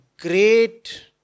great